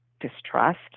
distrust